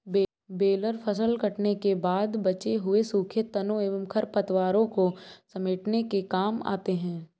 baler फसल कटने के बाद बचे हुए सूखे तनों एवं खरपतवारों को समेटने के काम आते हैं